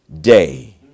day